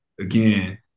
again